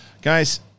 guys